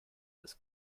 this